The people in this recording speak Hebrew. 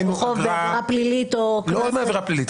חוב בעבירה פלילית או --- לא רק בעבירה פלילית,